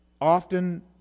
Often